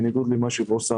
בניגוד למה שפורסם,